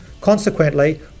Consequently